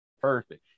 Perfect